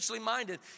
minded